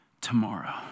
tomorrow